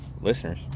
Listeners